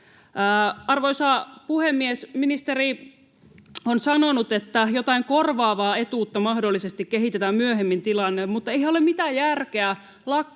Arvoisa puhemies! Ministeri on sanonut, että jotain korvaavaa etuutta mahdollisesti kehitetään myöhemmin tilalle. Mutta eihän ole mitään järkeä